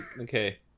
okay